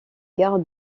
gare